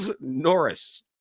Norris